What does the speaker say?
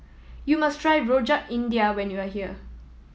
you must try Rojak India when you are here